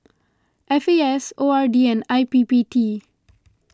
F A S O R D and I P P T